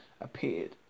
appeared